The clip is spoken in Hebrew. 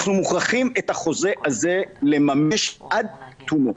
אנחנו מוכרחים את החוזה הזה לממש עד תומו.